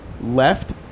left